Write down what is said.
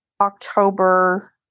October